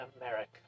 America